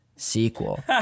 Sequel